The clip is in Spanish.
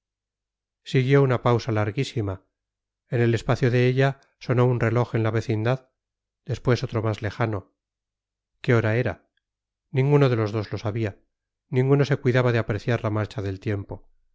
siguió una pausa larguísima en el espacio de ella sonó un reloj en la vecindad después otro más lejano qué hora era ninguno de los dos lo sabía ninguno se cuidaba de apreciar la marcha del tiempo